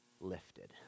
lifted